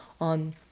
on